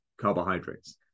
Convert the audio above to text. carbohydrates